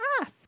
Ask